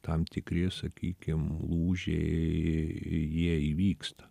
tam tikri sakykim lūžiai jie įvyksta